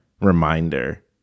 reminder